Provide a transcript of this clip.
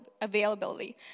availability